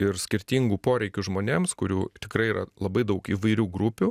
ir skirtingų poreikių žmonėms kurių tikrai yra labai daug įvairių grupių